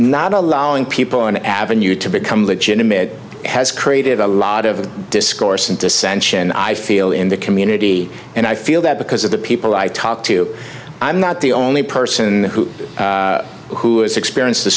not allowing people an avenue to become legitimate has created a lot of discourse and dissension i feel in the community and i feel that because of the people i talked to i'm not the only person who who has experienced the